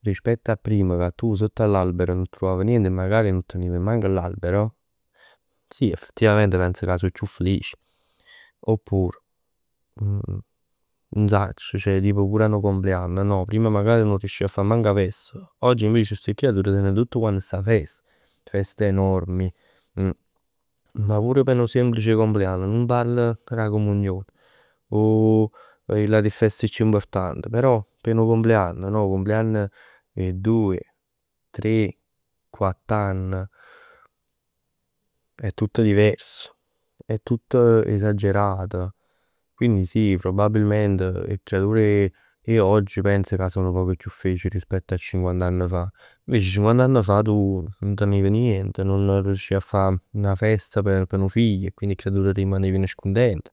Rispett 'a prima ca tu sott 'a l'alber nun truvav nient e magari nun teniv manco l'albero, sì effettivamente pens ca so chiù felic. Oppur nun sacc. Pur 'a nu compleanno no? Prima magari nun riusciv a fa manco 'a festa. Oggi invece ste creatur tenen tutt quant sta festa. Feste enormi. Ma pure p' nu semplice compleanno manc p' 'na comunione. O l'ate feste chiù important. Però p' nu compleanno no? 'O compleanno 'e doje, tre, quatt'ann è tutto diverso. È tutto esagerat. Quindi sì probabilmente 'e creature 'e oggi penso ca so nu poc chiù felic riespetto a cinquant'anni fa. Invece cinquant'ann fa tu nun teniv nient. Nun riusciv 'a fa 'na festa p' nu figlio e quindi rimaneven scuntent.